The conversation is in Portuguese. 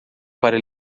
para